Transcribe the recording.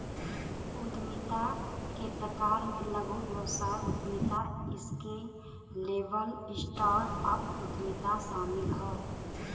उद्यमिता के प्रकार में लघु व्यवसाय उद्यमिता, स्केलेबल स्टार्टअप उद्यमिता शामिल हौ